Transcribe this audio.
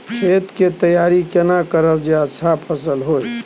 खेत के तैयारी केना करब जे अच्छा फसल होय?